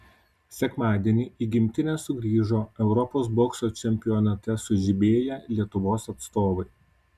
sekmadienį į gimtinę sugrįžo europos bokso čempionate sužibėję lietuvos atstovai